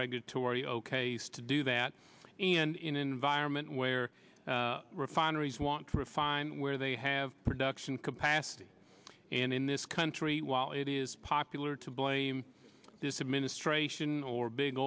regulatory ok to do that and in an environment where refineries want to refine where they have production capacity and in this country while it is popular to blame this administration or big